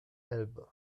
elbe